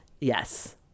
yes